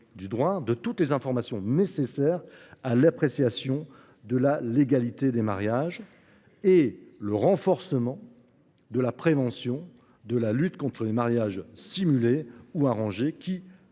de toutes les informations nécessaires à l’appréciation de la légalité des mariages et, d’autre part, le renforcement de la prévention et de la lutte contre les mariages simulés ou arrangés, qui